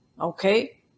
okay